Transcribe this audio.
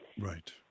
Right